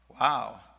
Wow